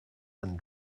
and